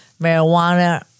Marijuana